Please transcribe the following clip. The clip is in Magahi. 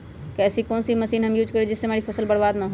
ऐसी कौन सी मशीन हम यूज करें जिससे हमारी फसल बर्बाद ना हो?